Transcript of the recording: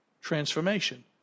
transformation